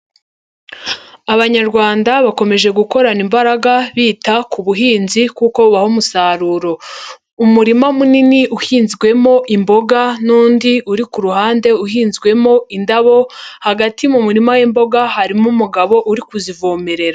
Abanyarwanda bakomeje gukorana imbaraga bita ku buhinzi kuko bubaha umusaruro, umurima munini uhinzwemo imboga n'undi uri ku ruhande uhinzwemo indabo, hagati mu murima w'imboga harimo umugabo uri kuzivomerera.